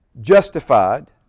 justified